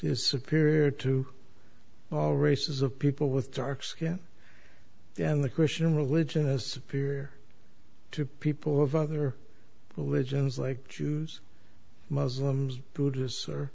is superior to all races of people with dark skin and the christian religion as a peer to people of other religions like jews muslims